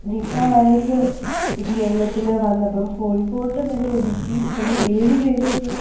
Nipah virus ഈ കേരളത്തിൽ വന്നപ്പം കോഴിക്കോടിൽ തന്നെ ഒതുക്കി ഒരു ഏഴുപേരുക്ക്